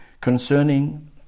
concerning